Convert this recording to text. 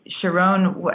Sharon